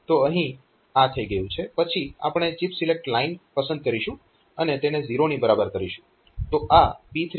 તો અહીં આ થઈ ગયું છે પછી આપણે આ ચિપ સિલેક્ટ લાઈન પસંદ કરીશું અને તેને 0 ની બરાબર કરીશું